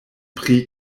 pri